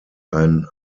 ein